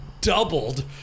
doubled